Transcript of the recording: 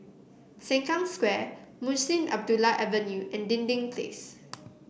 Sengkang Square Munshi Abdullah Avenue and Dinding Place